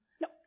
No